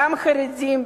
גם בחרדים,